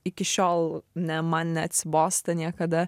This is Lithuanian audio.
iki šiol ne man neatsibosta niekada